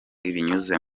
binyuze